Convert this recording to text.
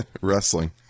Wrestling